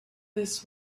this